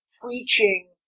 preaching